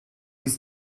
ist